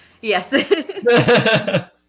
Yes